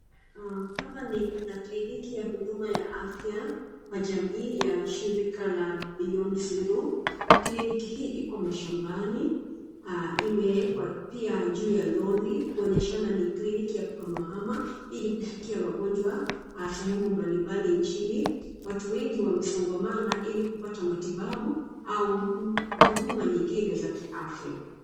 Hapa ni kuna kliniki ya huduma ya afya kwa jamii la shirika la Beyond Zero. Kliniki hii iko mashambani imewekwa pia juu ya lori kuonyeshana ni kliniki ya kuhamahama ili kufikia wagonjwa sehemu mbali mbali nchini. Watu wengi wamesongamana ili kupata matibabu au huduma nyingine za kiafya.